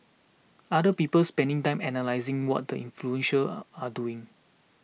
other people spending time analysing what the influential are are doing